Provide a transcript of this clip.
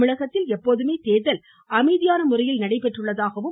தமிழகத்தில் எப்போதுமே தேர்தல் அமைதியான முறையில் நடைபெற்றுள்ளதாக திரு